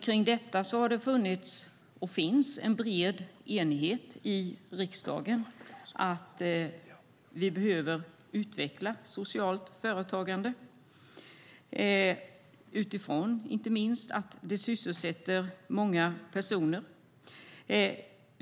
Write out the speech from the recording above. Kring detta har det funnits och finns en bred enighet i riksdagen. Vi behöver utveckla socialt företagande, inte minst utifrån att det sysselsätter många personer.